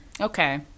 Okay